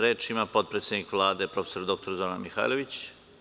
Reč ima potpredsednik Vlade, prof. dr Zorana Mihajlović.